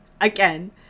Again